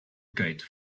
kite